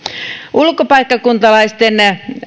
ulkopaikkakuntalaisten